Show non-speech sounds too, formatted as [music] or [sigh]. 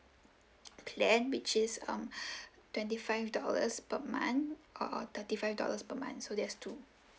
[noise] plan which is um [breath] twenty five dollars per month or thirty five dollars per month so there's two